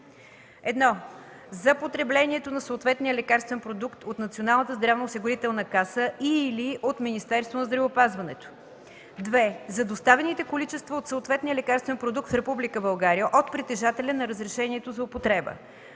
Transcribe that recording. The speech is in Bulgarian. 1. за потреблението на съответния лекарствен продукт от Националната здравноосигурителна каса и/или от Министерството на здравеопазването; 2. за доставените количества от съответния лекарствен продукт в Република България от притежателя на разрешението за употреба.